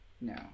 No